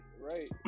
right